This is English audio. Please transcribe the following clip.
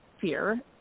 fear